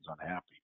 unhappy